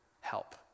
help